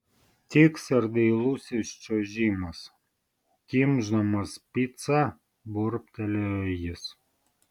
tiks ir dailusis čiuožimas kimšdamas picą burbtelėjo jis